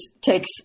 takes